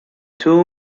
two